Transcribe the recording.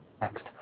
next